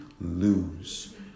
lose